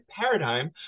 paradigm